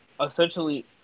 essentially